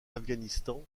afghanistan